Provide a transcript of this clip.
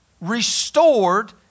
restored